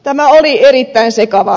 tämä oli erittäin sekavaa